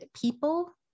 people